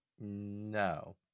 No